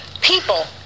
people